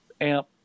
amp